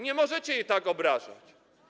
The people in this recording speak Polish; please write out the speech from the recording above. Nie możecie jej tak obrażać.